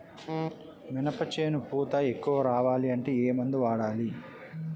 మినప చేను పూత ఎక్కువ రావాలి అంటే ఏమందు వాడాలి?